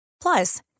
Plus